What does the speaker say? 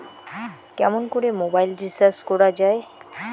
কেমন করে mobile recharge করা য়ায়?